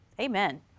Amen